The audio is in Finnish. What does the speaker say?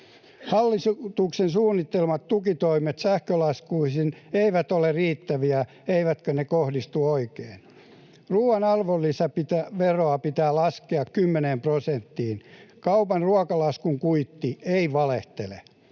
Hallituksen suunnittelemat tukitoimet sähkölaskuihin eivät ole riittäviä, eivätkä ne kohdistu oikein. Ruoan arvonlisäveroa pitää laskea kymmeneen prosenttiin. Kaupan ruokalaskun kuitti ei valehtele.